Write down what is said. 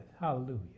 hallelujah